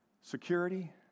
Security